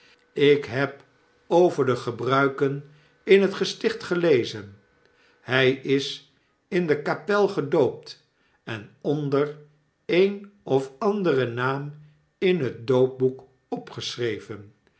ik heb over de gebruiken in het gesticht gelezen hij is in de kapel gedoopt en onder een of anderen naarn in het doopboek opgeschreven